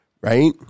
right